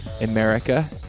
America